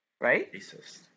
Right